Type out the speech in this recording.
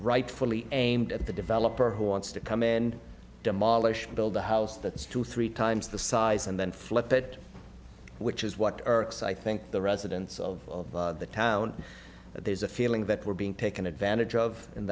rightfully aimed at the developer who wants to come in and demolish build a house that's two three times the size and then flip it which is what irks i think the residents of the town there's a feeling that we're being taken advantage of in